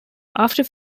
after